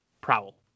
Prowl